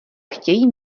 chtějí